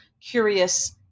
curious